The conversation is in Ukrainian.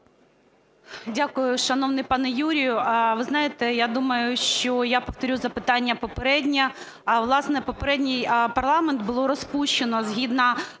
Дякую. Шановний пане Юрію, ви знаєте, я думаю, що я повторю запитання попереднє. А, власне, попередній парламент було розпущено згідно